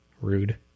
Rude